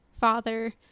father